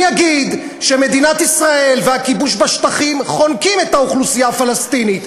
אני אגיד שמדינת ישראל והכיבוש בשטחים חונקים את האוכלוסייה הפלסטינית,